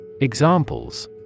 Examples